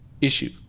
issue